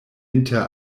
inter